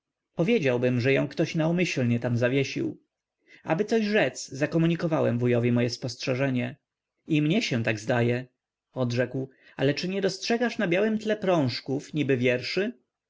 powiedziałbym że ją ktoś naumyślnie tam zawiesił aby coś rzec zakomunikowałem wujowi moje spostrzeżenie i mnie się tak zdaje odrzekł ale czy nie dostrzegasz na białem tle prążków niby wierszy